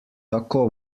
tako